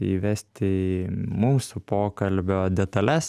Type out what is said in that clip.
įvesti į mūsų pokalbio detales